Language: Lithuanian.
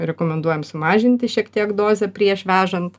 rekomenduojam sumažinti šiek tiek dozę prieš vežant